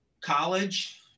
college